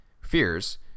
fears